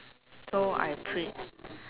so I print